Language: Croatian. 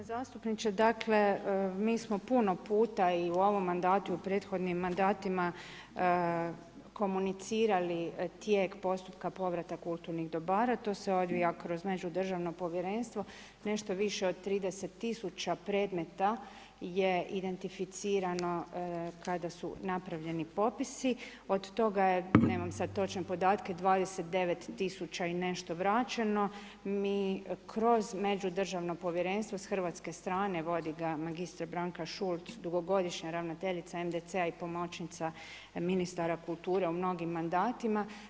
Poštovani gospodine zastupniče, dakle mi smo puno puta i u ovom mandatu i u prethodnim mandatima komunicirali tijek postupka povrata kulturnih dobara, to se odvija kroz međudržavno povjerenstvo, nešto više od 30 000 predmeta je identificirano kada su napravljeni popisi, od toga je nemam sad točne podatke, 29 000 i nešto vraćeno, mi kroz međudržavno povjerenstvo s Hrvatske strane, vodi ga mr. Branka Šuld, dugogodišnja ravnateljica MDC-a i pomoćnica ministara kulture u mnogima mandatima.